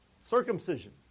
Circumcision